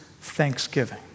thanksgiving